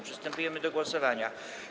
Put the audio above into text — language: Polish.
Przystępujemy do głosowania.